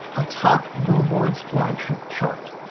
a top billboard's flagship chart.